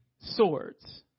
swords